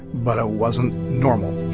but it wasn't normal